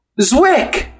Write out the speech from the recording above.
Zwick